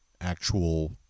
actual